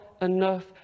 enough